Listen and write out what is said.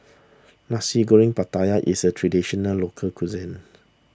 Nasi Goreng Pattaya is a Traditional Local Cuisine